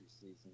season